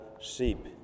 sheep